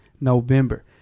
November